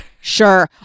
Sure